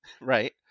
right